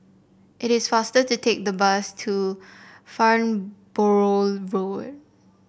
it is faster to take the bus to Farnborough Road